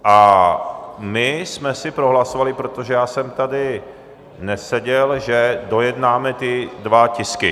A my jsme si prohlasovali, protože já jsem tady neseděl, že dojednáme ty dva tisky.